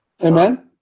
Amen